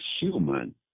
human